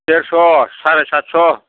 देरस' सारायसातस'